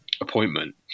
appointment